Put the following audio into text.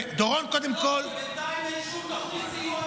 כי בינתיים אין שום תוכנית סיוע נורמלית לתושבי שלומי.